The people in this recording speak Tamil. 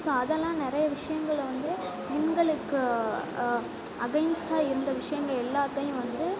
ஸோ அதெல்லாம் நிறைய விஷயங்களில் வந்து பெண்களுக்கு அகைன்ஸ்ட்டாக இருந்த விஷயங்கள் எல்லாத்தையும் வந்து